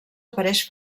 apareix